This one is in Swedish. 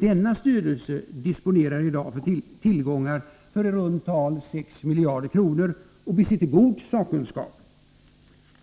Denna styrelse disponerar i dag tillgångar för i runt tal 6 miljarder kronor och besitter god sakkunskap.